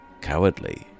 cowardly